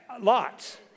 Lots